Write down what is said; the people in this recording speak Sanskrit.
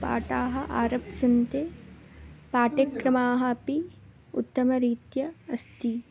पाठाः आरभ्यन्ते पाठ्यक्रमाः अपि उत्तमरीत्या अस्ति